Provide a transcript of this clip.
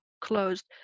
closed